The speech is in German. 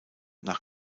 nach